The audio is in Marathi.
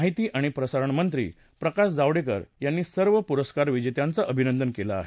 माहिती आणि प्रसारण मंत्री प्रकाश जावडेकर यांनी सर्व पुरस्कार विजेत्यांचं अभिनंदन केलं आहे